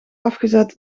afgezet